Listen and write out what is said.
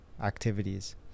activities